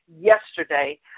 yesterday